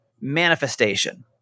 manifestation